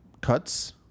cuts